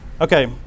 Okay